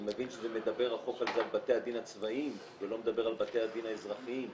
שהחוק הנדון מדבר על בתי הדין הצבאיים ולא מדבר על בתי הדין האזרחיים.